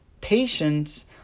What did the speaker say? patience